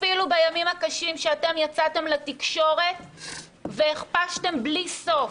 אפילו בימים הקשים שאתם יצאתם לתקשורת והכפשתם בלי סוף,